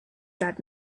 that